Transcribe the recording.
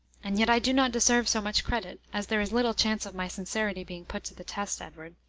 and yet i do not deserve so much credit, as there is little chance of my sincerity being put to the test, edward.